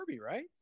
right